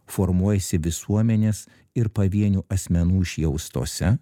formuojasi visuomenės ir pavienių asmenų išjaustose